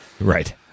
Right